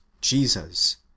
jesus